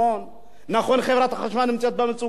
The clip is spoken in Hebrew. נכון שחברת החשמל נמצאת במצוקה, זה נכון.